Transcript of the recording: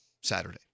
Saturday